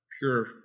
pure